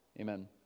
Amen